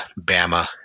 Bama